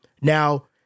Now